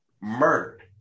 murdered